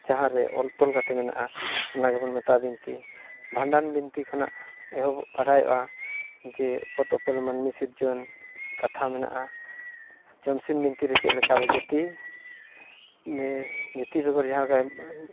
ᱡᱟᱦᱟᱸ ᱨᱮ ᱚᱞ ᱛᱚᱞ ᱠᱟᱛᱮᱫ ᱢᱮᱱᱟᱜᱼᱟ ᱚᱱᱟ ᱜᱮᱵᱚᱱ ᱢᱮᱛᱟᱜᱼᱟ ᱵᱤᱱᱛᱤ ᱵᱷᱟᱸᱰᱟᱱ ᱵᱤᱱᱛᱤ ᱠᱷᱚᱱᱟᱜ ᱮᱦᱚᱵ ᱵᱟᱲᱟᱭᱚᱜᱼᱟ ᱡᱮ ᱚᱛ ᱩᱯᱮᱞ ᱢᱟᱹᱱᱢᱤ ᱥᱤᱨᱡᱚᱱ ᱠᱟᱛᱷᱟ ᱢᱮᱱᱟᱜᱼᱟ ᱡᱚᱢᱥᱤᱢ ᱵᱤᱱᱛᱤ ᱨᱮ ᱪᱮᱫ ᱞᱮᱠᱟ ᱟᱵᱚ ᱡᱟᱹᱛᱤ ᱡᱟᱹᱛᱤ ᱵᱮᱜᱚᱨ ᱡᱟᱦᱟᱸ ᱜᱮ